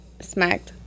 smacked